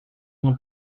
uma